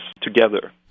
together